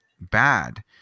bad